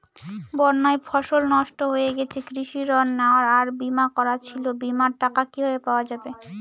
বন্যায় ফসল নষ্ট হয়ে গেছে কৃষি ঋণ নেওয়া আর বিমা করা ছিল বিমার টাকা কিভাবে পাওয়া যাবে?